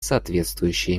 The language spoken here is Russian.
соответствующие